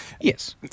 Yes